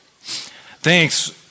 Thanks